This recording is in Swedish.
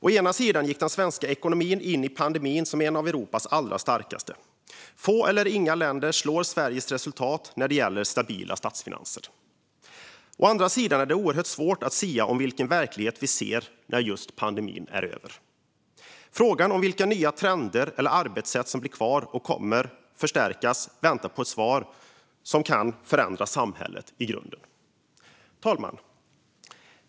Å ena sidan gick den svenska ekonomin in i pandemin som en av Europas allra starkaste. Få eller inga länder slår Sveriges resultat när det gäller stabila statsfinanser. Å andra sidan är det oerhört svårt att sia om vilken verklighet vi ser när pandemin är över. Frågan om vilka nya trender eller arbetssätt som blir kvar och som kommer att förstärkas väntar på ett svar som kan förändra samhället i grunden. Fru talman!